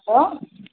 hello